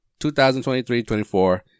2023-24